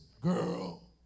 girl